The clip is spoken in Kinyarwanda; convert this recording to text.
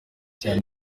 cyane